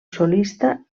solista